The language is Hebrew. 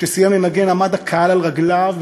כשסיים לנגן עמד הקהל על רגליו,